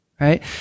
Right